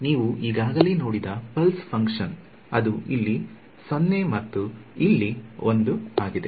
ನೀವು ಈಗಾಗಲೇ ನೋಡಿದ ಪಲ್ಸ್ ಫಂಕ್ಷನ್ ಅದು ಇಲ್ಲಿ 0 ಮತ್ತು ಇಲ್ಲಿ 1 ಆಗಿದೆ